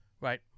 Right